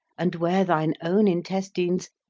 and where thine own intestines,